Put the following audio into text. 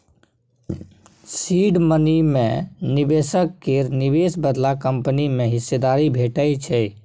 seed money मे निबेशक केर निबेश बदला कंपनी मे हिस्सेदारी भेटै छै